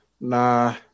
Nah